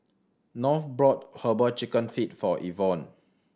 North brought Herbal Chicken Feet for Ivonne